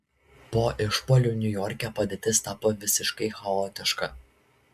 po išpuolių niujorke padėtis tapo visiškai chaotiška